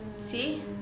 See